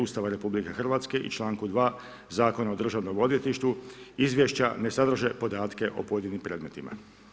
Ustava RH i članku 2. Zakona o Državnom odvjetništvu izvješća ne sadrže podatke o pojedinim predmetima.